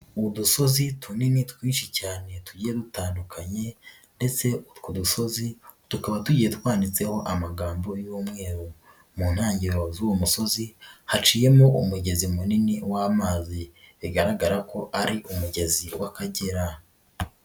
Udusozi tunini twinshi cyane tugiye dutandukanye ndetse utwo dusozi tukaba tugiye twanditseho amagambo y'umweru mu ntangiriro z'uwo musozi haciyemo umugezi munini w'amazi bigaragara ko ari umugezi w'Akagera.